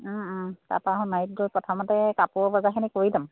তাৰপৰা সোণাৰিত গৈ প্ৰথমতে কাপোৰৰ বজাৰখিনি কৰি ল'ম